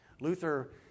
Luther